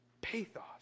Pathos